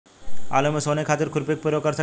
आलू में सोहनी खातिर खुरपी के प्रयोग कर सकीले?